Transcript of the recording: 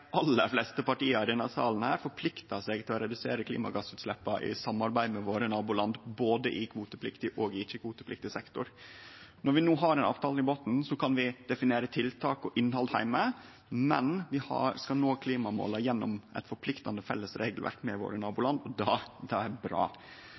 aller fleste partia i denne salen forpliktar seg til å redusere klimagassutsleppa i samarbeid med nabolanda våre, både i kvotepliktig og i ikkje-kvotepliktig sektor. Når vi no har den avtalen i botnen, kan vi definere tiltak og innhald heime, men vi skal nå klimamåla gjennom eit forpliktande felles regelverk med nabolanda våre.